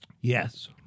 Yes